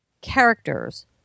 characters